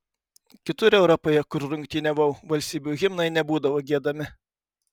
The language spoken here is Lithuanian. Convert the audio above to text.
kitur europoje kur rungtyniavau valstybių himnai nebūdavo giedami